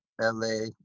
LA